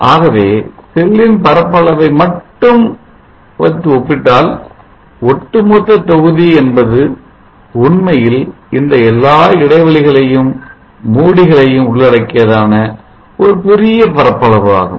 ஆகவே செல்லின் பரப்பளவை மட்டும் வைத்து ஒப்பிட்டால் ஒட்டு மொத்த தொகுதி என்பது உண்மையில் இந்த எல்லா இடைவெளிகளையும் மூடிகளையும் உள்ளடக்கியதான ஒரு பெரிய பரப்பளவு ஆகும்